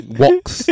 walks